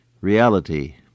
reality